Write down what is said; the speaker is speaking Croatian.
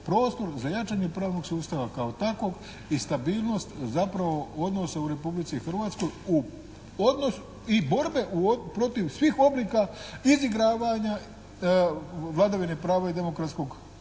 prostor za jačanje pravnog sustava kao takvog i stabilnost zapravo odnosa u Republici Hrvatskoj i borbe protiv svih oblika izigravanja vladavine prava i demokratskog poretka